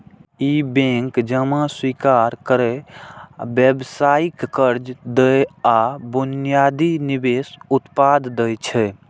ई bank जमा स्वीकार करै, व्यावसायिक कर्ज दै आ बुनियादी निवेश उत्पाद दै छै